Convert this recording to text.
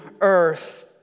earth